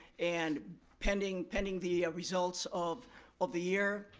and pending pending the ah results of of the year,